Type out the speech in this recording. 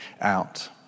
out